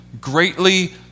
greatly